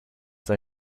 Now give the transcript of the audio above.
they